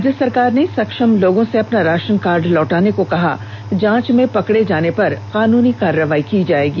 राज्य सरकार ने सक्षम लोगों से अपना राशन कार्ड लौटाने को कहा है जांच में पकड़े जाने पर कानुनी कार्रवाई की जाएगी